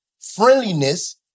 friendliness